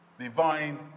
Divine